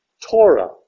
Torah